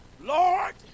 Lord